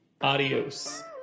Adios